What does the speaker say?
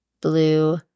blue